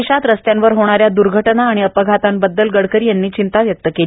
देशात रस्त्यांवर होणाऱ्या द्र्घटना अपघातांबद्दल गडकरी यांनी चिंता व्यक्त केली